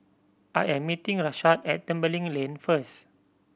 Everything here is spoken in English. I am meeting Rashaad at Tembeling Lane first